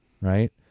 right